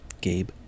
Gabe